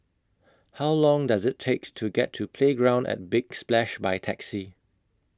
How Long Does IT takes to get to Playground At Big Splash By Taxi